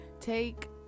take